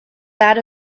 that